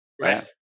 Right